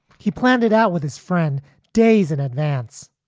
he planned it out with his friend days in advance.